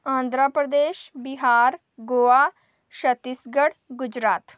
Andra Pradesh Bihar Goa Chhattisgarh Gujarat